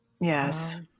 Yes